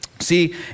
See